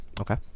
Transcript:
okay